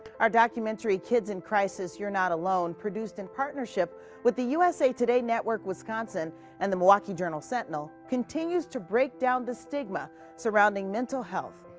our documentary, kids in crisis you're not alone, produced in partnership with the usa today network-wisconsin and the milwaukee journal sentinel continues to break down the stigma surrounding mental health.